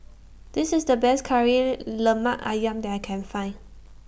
This IS The Best Kari Lemak Ayam that I Can Find